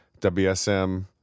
WSM